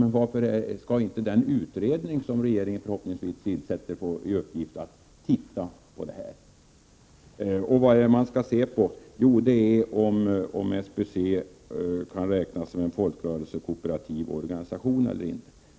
Men varför skall inte den utredning som regeringen förhoppningsvis tillsätter få i uppdrag att se över detta? Vad är det man skall se över? Jo, man skall ta reda på om SBC kan betraktas som en folkrörelsekooperativ organisation eller inte.